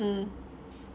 mm